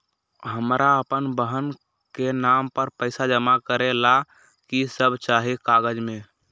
हमरा अपन बहन के नाम पर पैसा जमा करे ला कि सब चाहि कागज मे?